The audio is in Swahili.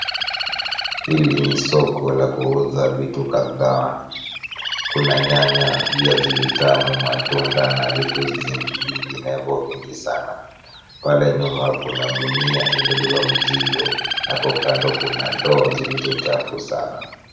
Hili ni soko la kuuza vitu kadhaa. Kuna nyanya, viazi vitamu, matunda na vitu vinginevyo vingi sana. Pale nyuma kuna gunia iliyobeba mzigo na hapo kando kuna ndoo zilizo chafu sana.